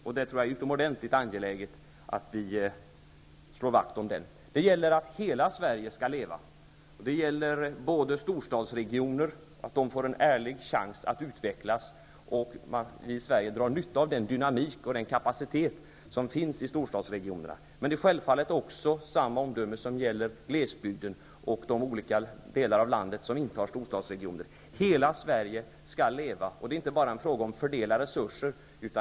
Jag tror att det är utomordentligt angeläget att vi slår vakt om den. Hela Sverige skall leva. Det innebär att storstadsregioner får en ärlig chans att utvecklas, och att vi i Sverige drar nytta av den dynamik och den kapacitet som finns i storstadsregionerna. Samma omdöme gäller självfallet också glesbygden och de olika delar av landet som inte har storstadsregioner. Hela Sverige skall leva. Det är inte bara en fråga om att fördela resurser.